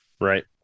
Right